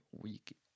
week